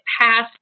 passed